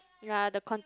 yea the con~